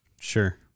Sure